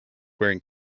wearing